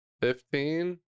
Fifteen